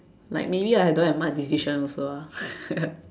like maybe I don't have much decision also lah